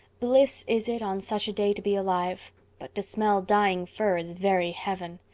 bliss is it on such a day to be alive but to smell dying fir is very heaven.